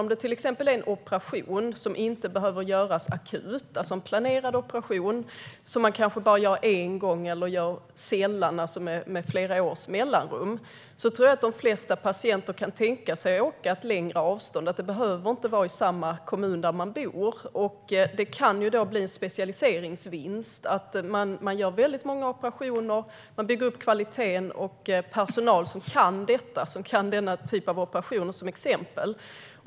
Om det till exempel handlar om en planerad operation och som alltså inte behöver göras akut, som kanske bara görs en gång eller sällan - med flera års mellanrum - tror jag att de flesta patienter kan tänka sig att åka en längre sträcka. Det behöver inte vara i den kommun där patienten bor. Det kan bli en specialiseringsvinst genom att man gör väldigt många operationer, bygger upp kvaliteten och får personal som kan denna typ av operation.